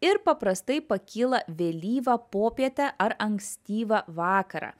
ir paprastai pakyla vėlyvą popietę ar ankstyvą vakarą